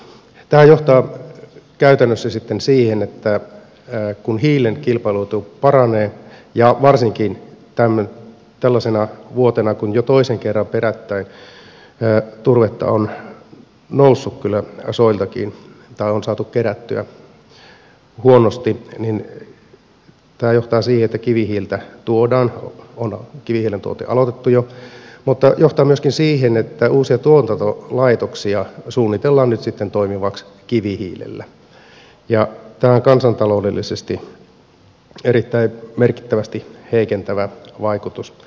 tämä johtaa käytännössä sitten siihen että kun hiilen kilpailuetu paranee ja varsinkin tällaisena vuotena kun jo toisen kerran perättäin turvetta on noussut saatu kerättyä soilta huonosti kivihiiltä tuodaan kivihiilen tuonti on aloitettu jo mutta se johtaa myöskin siihen että uusia tuotantolaitoksia suunnitellaan nyt toimivaksi kivihiilellä ja tällä on kansantaloutta erittäin merkittävästi heikentävä vaikutus